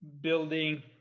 building